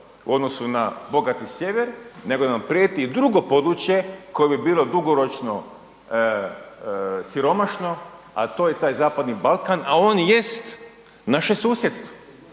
u odnosu na bogati sjever, nego da nam prijeti i drugo područje koje bi bilo dugoročno siromašno, a to je taj zapadni Balkan, a on jest naše susjedstvo.